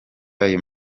ayo